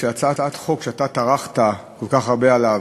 על כך שהצעת חוק שאתה טרחת כל כך הרבה עליה,